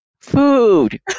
Food